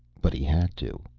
but he had to.